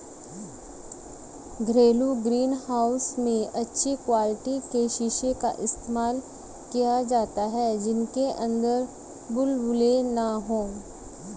घरेलू green house में अच्छी क्वालिटी के शीशे का इस्तेमाल किया जाता है जिनके अंदर बुलबुले ना हो